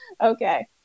Okay